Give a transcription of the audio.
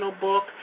book